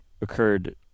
occurred